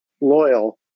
loyal